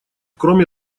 кроме